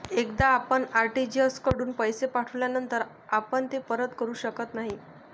एकदा आपण आर.टी.जी.एस कडून पैसे पाठविल्यानंतर आपण ते परत करू शकत नाही